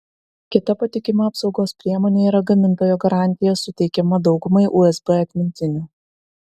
kita patikima apsaugos priemonė yra gamintojo garantija suteikiama daugumai usb atmintinių